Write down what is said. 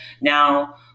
Now